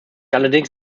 allerdings